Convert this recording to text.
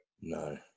no